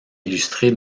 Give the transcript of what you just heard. illustré